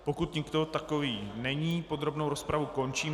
Pokud nikdo takový není, podrobnou rozpravu končím.